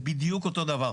בדיוק אותו דבר.